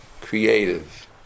creative